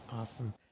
Awesome